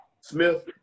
Smith